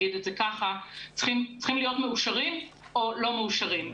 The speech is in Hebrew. צריכים להיות מאושרים או לא מאושרים.